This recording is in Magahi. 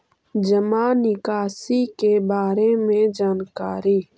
जामा निकासी के बारे में जानकारी?